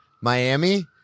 Miami